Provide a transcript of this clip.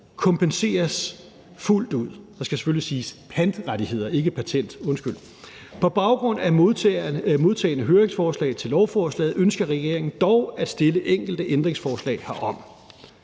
af pantrettigheder og eventuelle andre rettigheder kompenseres fuldt ud. På baggrund af modtagne høringsforslag til lovforslaget ønsker regeringen dog at stille enkelte ændringsforslag herom.